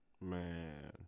Man